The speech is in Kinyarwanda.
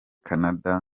canada